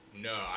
No